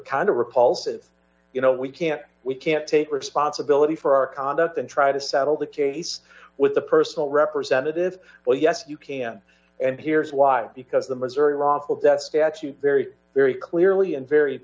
kind of repulsive you know we can't we can't take responsibility for our conduct and try to settle the case with the personal representative well yes you can and here's why because the missouri wrongful death statute very very clearly and very